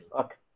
okay